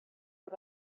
but